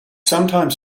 sometimes